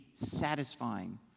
satisfying